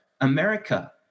America